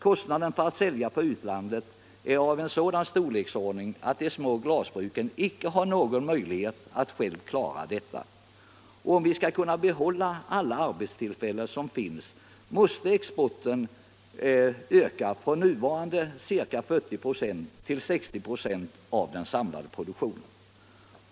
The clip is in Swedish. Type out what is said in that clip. Kostnaderna för att sälja på utlandet är av sådan storleksordning att de små glasbruken icke har någon möjlighet att själva klara detta. Och om vi skall kunna behålla alla arbetstillfällen som finns i dag, måste exporten ökas från nuvarande ca 40 96 till 60 926 av den samlade produktionen.